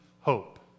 hope